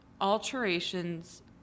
alterations